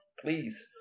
please